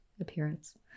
appearance